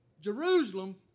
Jerusalem